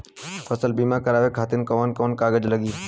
फसल बीमा करावे खातिर कवन कवन कागज लगी?